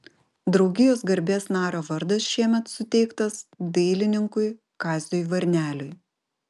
draugijos garbės nario vardas šiemet suteiktas dailininkui kaziui varneliui